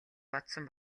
бодсон